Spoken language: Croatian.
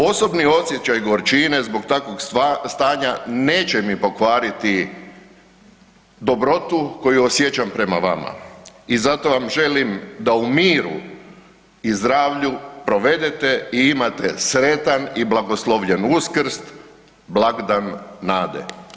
Osobni osjećaj gorčine zbog takvog stanja neće mi pokvariti dobrotu koju osjećam prema vama i zato vam želim da u miru i zdravlju provedete i imate sretan i blagoslovljen Uskrs, blagdan nade.